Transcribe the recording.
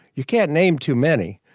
you can't name too many.